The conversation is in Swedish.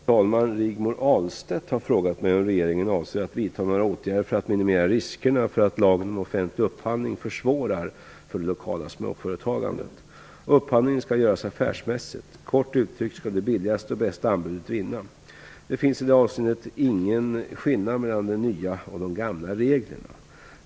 Herr talman! Rigmor Ahlstedt har frågat mig om regeringen avser att vidta några åtgärder för att minimera riskerna för att lagen om offentlig upphandling försvårar för det lokala småföretagandet. Upphandling skall göras affärsmässigt. Kort uttryckt skall det billigaste och bästa anbudet vinna. Det finns i det avseendet ingen skillnad mellan de nya och de gamla reglerna.